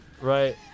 Right